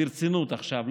ברצינות עכשיו,